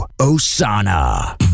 Osana